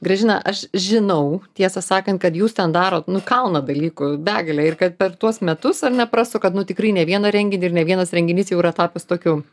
gražina aš žinau tiesą sakant kad jūs ten darot nu kalną dalykų begalę ir kad per tuos metus ar ne prasukat nu tikrai ne vieną renginį ir ne vienas renginys jau yra tapęs tokiu